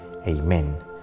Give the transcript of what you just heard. Amen